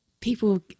people